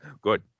Good